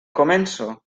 començo